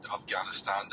Afghanistan